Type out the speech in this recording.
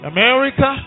America